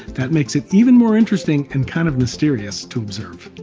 that makes it even more interesting and kind of mysterious to observe!